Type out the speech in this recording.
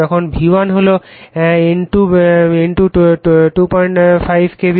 এখন V1 হল N25 KV